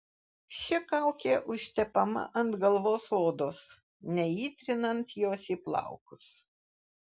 ši kaukė užtepama ant galvos odos neįtrinant jos į plaukus